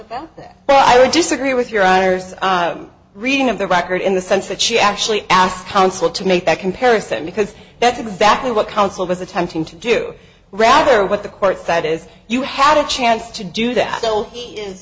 about that but i would disagree with your honor's reading of the record in the sense that she actually asked counsel to make that comparison because that's exactly what counsel was attempting to do rather what the court that is you had a chance to do that so he is